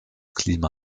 klima